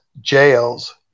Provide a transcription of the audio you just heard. jails